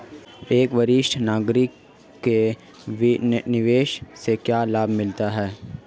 एक वरिष्ठ नागरिक को निवेश से क्या लाभ मिलते हैं?